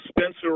Spencer